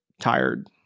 tired